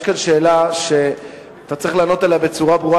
יש כאן שאלה שאתה צריך לענות עליה בצורה ברורה,